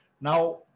Now